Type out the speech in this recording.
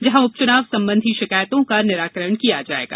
जहां उपचुनाव संबंधी शिकायतों का निराकरण किया जायेगा